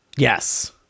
Yes